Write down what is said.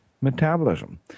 metabolism